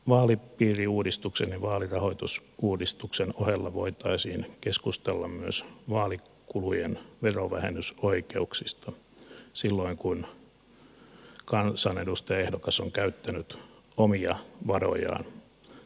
vaalipiiriuudistuksen ja vaalirahoitusuudistuksen ohella voitaisiin keskustella myös vaalikulujen verovähennysoikeuksista silloin kun kansanedustajaehdokas on käyttänyt omia varojaan